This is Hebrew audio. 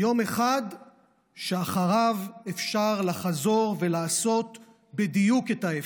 יום אחד שאחריו אפשר לחזור ולעשות בדיוק את ההפך.